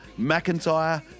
McIntyre